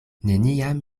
neniam